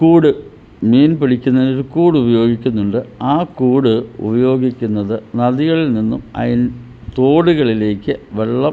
കൂട് മീൻ പിടിക്കുന്ന് ഒരു കൂട് ഉപയോഗിക്കുന്നുണ്ട് ആ കൂട് ഉപയോഗിക്കുന്നത് നദികളിൽ നിന്നും അയൻ തോടുകളിലേക്ക് വെള്ളം